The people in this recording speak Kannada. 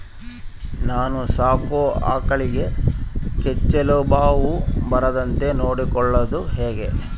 ನಾನು ಸಾಕೋ ಆಕಳಿಗೆ ಕೆಚ್ಚಲುಬಾವು ಬರದಂತೆ ನೊಡ್ಕೊಳೋದು ಹೇಗೆ?